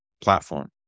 platform